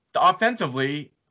Offensively